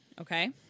okay